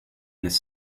this